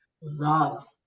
love